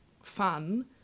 Fun